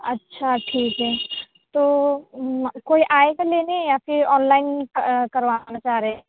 اچھا ٹھیک ہے تو کوئی آئے گا لینے یا پھر آن لائن کروانا چاہ رہے ہیں